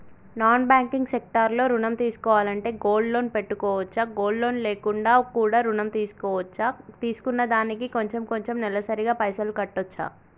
Non banking sector లో ఋణం తీసుకోవాలంటే గోల్డ్ లోన్ పెట్టుకోవచ్చా? గోల్డ్ లోన్ లేకుండా కూడా ఋణం తీసుకోవచ్చా? తీసుకున్న దానికి కొంచెం కొంచెం నెలసరి గా పైసలు కట్టొచ్చా?